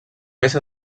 més